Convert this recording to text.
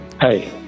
hey